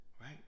right